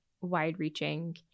wide-reaching